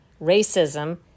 racism